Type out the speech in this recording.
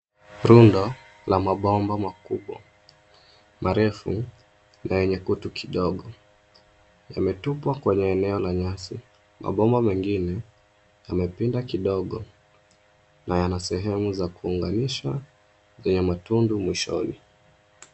Rundo la mabomba makubwa, marefu na yenye kutu kidogo yametupwa kwenye eneo la nyasi. Mabomba mengine yamepinda kidogo na yana sehemu za kuunganisha zenye matundu mwishoni.